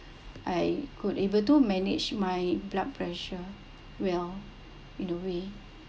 I could able to manage my blood pressure well in a way